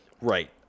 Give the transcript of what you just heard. right